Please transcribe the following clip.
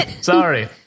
Sorry